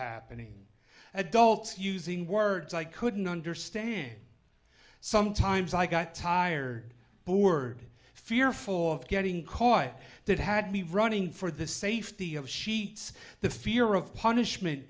happening adults using words i couldn't understand sometimes i got tired bored fearful of getting caught that had me running for the safety of she the fear of punishment